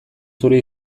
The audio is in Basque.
zure